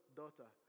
daughter